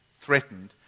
threatened